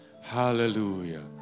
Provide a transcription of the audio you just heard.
Hallelujah